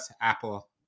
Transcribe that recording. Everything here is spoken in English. Apple